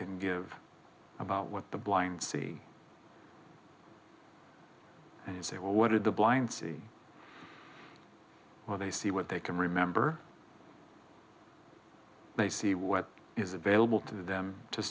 can give about what the blind see and say well what did the blind see or they see what they can remember they see what is available to them to